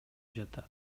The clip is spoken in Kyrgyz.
жатат